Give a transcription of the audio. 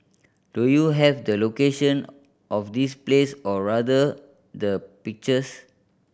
do you have the location of this place or rather the pictures